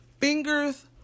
Fingers